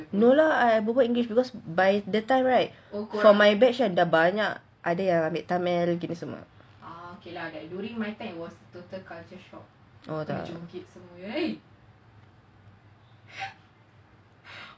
no lah I berbual english because by the time right for my batch dah banyak ada yang ambil tamil gini semua